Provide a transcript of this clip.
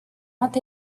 not